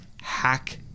hack